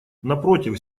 напротив